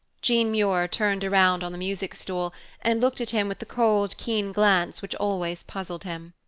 jean muir turned around on the music stool and looked at him with the cold keen glance which always puzzled him.